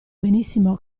benissimo